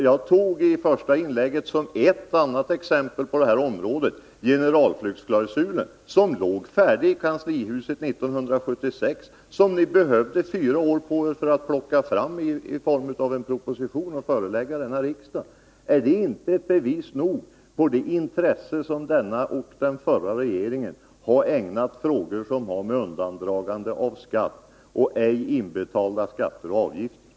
Jag tog i mitt första inlägg som ett annat exempel på detta område generalflyktsklausulen, som låg färdig i kanslihuset 1976 och som ni behövde fyra år på er för att plocka fram och i form av en proposition förelägga riksdagen. Är det inte bevis nog på det ringa intresse som denna och den förra regeringen har ägnat frågor som har att göra med undandragande av skatt och ej inbetalda skatter och avgifter?